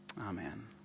Amen